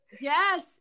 Yes